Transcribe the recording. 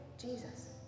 Jesus